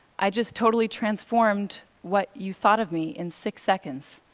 i just totally transformed what you thought of me, in six seconds.